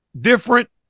different